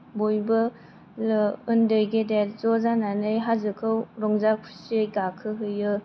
बयबो उन्दै गेदेर ज' जानानै हाजोखौ रंजा खुसियै गाखोहैयो